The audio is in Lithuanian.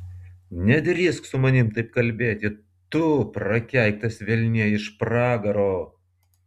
nedrįsk su manimi taip kalbėti tu prakeiktas velnie iš pragaro